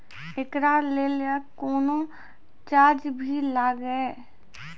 एकरा लेल कुनो चार्ज भी लागैये?